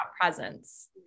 presence